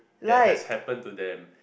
that has happen to them